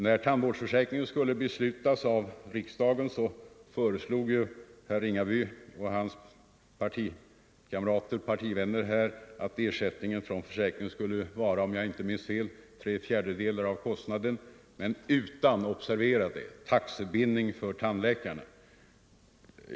När tandvårdsförsäkringen skulle beslutas av riksdagen föreslog ju herr Ringaby och hans partivänner att ersättningen från försäkringen skulle vara — om jag inte minns fel — tre fjärdedelar av kostnaden men utan — observera det — taxebindning för tandläkarna.